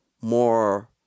more